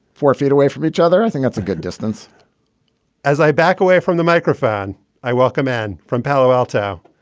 four feet away from each other? i think it's a good distance as i back away from the microphone i welcome in from palo alto,